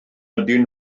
ydyn